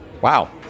Wow